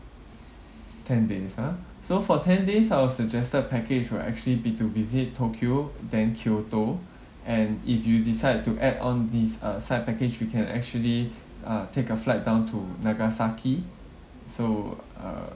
ten days ah so for ten days our suggested package will actually be to visit tokyo then kyoto and if you decide to add on this uh side package we can actually uh take a flight down to nagasaki so uh